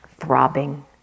throbbing